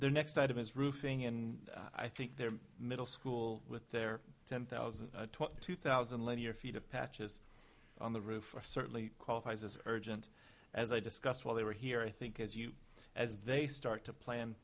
their next item is roofing and i think their middle school with their ten thousand two thousand linear feet of patches on the roof are certainly qualifies as urgent as i discussed while they were here i think as you as they start to plan